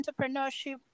entrepreneurship